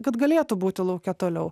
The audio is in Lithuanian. kad galėtų būti lauke toliau